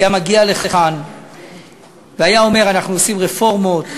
שהיה מגיע לכאן והיה אומר: אנחנו עושים רפורמות,